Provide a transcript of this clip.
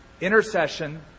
intercession